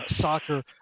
soccer